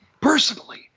personally